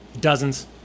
Dozens